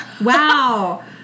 wow